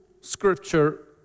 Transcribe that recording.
scripture